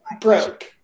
broke